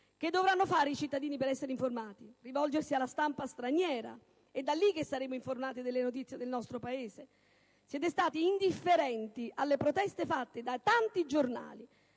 Che dovranno fare i cittadini per essere informati? Rivolgersi alla stampa straniera? È da lì che saremo informati delle notizie del nostro Paese? Siete stati indifferenti alle proteste avanzate da tanti giornali